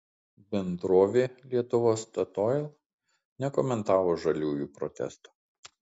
bendrovė lietuva statoil nekomentavo žaliųjų protesto